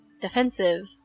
defensive